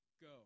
go